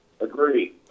Agree